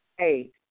eight